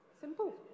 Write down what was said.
Simple